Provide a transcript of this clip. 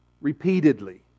Repeatedly